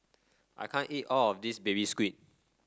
I can't eat all of this Baby Squid